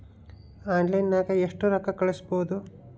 ಆನ್ಲೈನ್ನಾಗ ಎಷ್ಟು ರೊಕ್ಕ ಕಳಿಸ್ಬೋದು